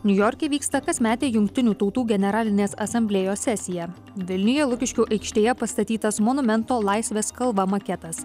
niujorke vyksta kasmetė jungtinių tautų generalinės asamblėjos sesija vilniuje lukiškių aikštėje pastatytas monumento laisvės kalva maketas